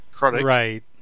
Right